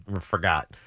forgot